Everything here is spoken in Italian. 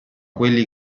quelli